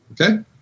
Okay